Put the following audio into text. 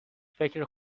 فکر